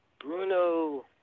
Bruno